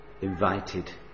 invited